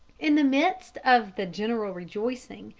in the midst of the general rejoicing,